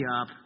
up